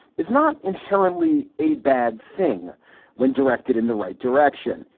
is not inherently a bad thing when directed in the right direction.